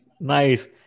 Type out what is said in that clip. nice